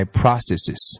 processes